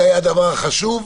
זה היה הדבר החשוב.